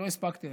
לא הספקתי.